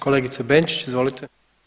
Kolegice Benčić izvolite.